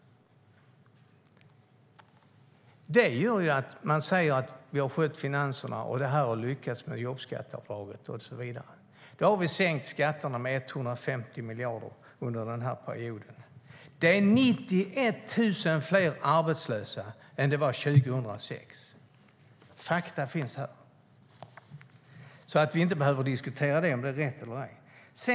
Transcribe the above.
Man säger att man har skött finanserna, att det har lyckats med jobbskatteavdraget och så vidare. Då har man sänkt skatterna med 150 miljarder under den här perioden. Men det är 91 000 fler arbetslösa än 2006 - fakta finns i den här skriften, så att vi inte behöver diskutera om det är rätt eller ej.